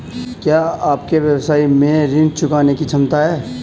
क्या आपके व्यवसाय में ऋण चुकाने की क्षमता है?